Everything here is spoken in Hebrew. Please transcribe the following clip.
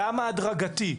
גם ההדרגתי,